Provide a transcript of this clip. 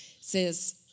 says